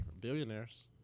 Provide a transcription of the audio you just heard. billionaires